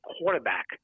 quarterback